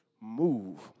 Move